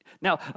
Now